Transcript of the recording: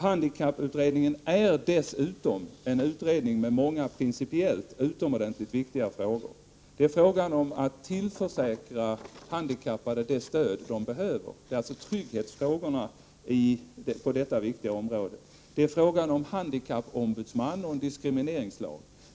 Handikapputredningen är dessutom en utredning med många principiellt sett utomordentligt viktiga frågor. Det är frågan om att tillförsäkra de handikappade det stöd de behöver, alltså trygghetsfrågorna på detta viktiga område, det är frågan om handikappombudsman och om en diskrimineringslag.